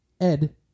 Ed